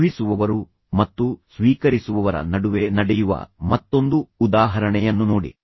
ಕಳುಹಿಸುವವರು ಮತ್ತು ಸ್ವೀಕರಿಸುವವರ ನಡುವೆ ನಡೆಯುವ ಮತ್ತೊಂದು ಉದಾಹರಣೆಯನ್ನು ನೋಡಿ